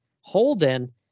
Holden